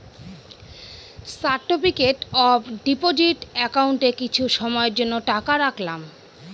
certificate of deposit একাউন্টে কিছু সময়ের জন্য টাকা রাখলাম